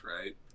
right